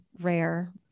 rare